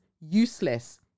useless